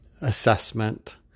assessment